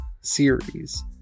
series